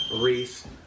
wreath